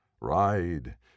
Ride